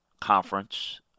conference